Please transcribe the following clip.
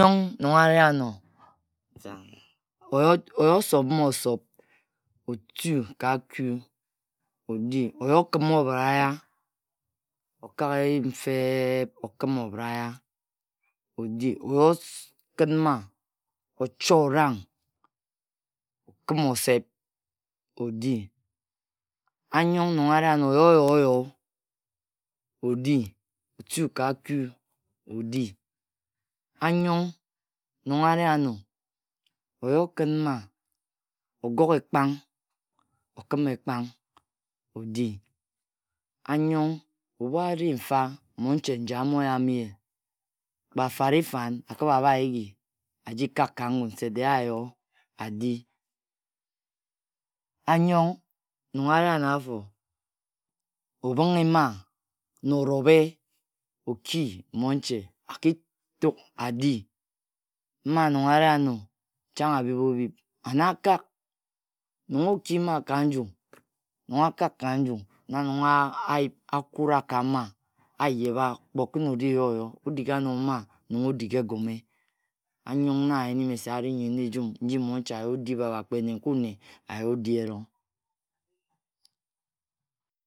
Anyong, nong ari ano, oyi osob mme osob, olu ka aku odi, oyi okhin obhoraya, okak eyin fe-eb, okhim obhoraya odi. Oyi os Khin mma ocho orang, okhim osep. odi. Anyong, nong ari-ano, oyi oyo-oye odi, otu-ka-aku odi. Anyong nong ari-ano, oyi okhin mma ogog ekpang, okhim ekpang, odi. Anyong, ebhu ari mfa, monche njae amayam ye. Kpe afare fan, akhibha abha-jighi aji kak ka ngun se de ayo adi. Anyong, nong ari ano-afo, obhing. mma na orobhe oki monche akituk adi. Mma nong ari ano chang abhika- obhib, and aka-ag. Nong oki mma ka nju, nong akag ka nju, na rong ayip akura ka mma Ayeba, kpe okim oji yo-oyo, odig-ano mma nong odig-egome. Anyong na nyeni-me-se ari nyen ajem nji monche ayi adi bhabhab, кре пепкu nne aji odi-erong.